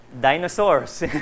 Dinosaurs